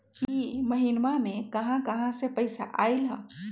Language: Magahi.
इह महिनमा मे कहा कहा से पैसा आईल ह?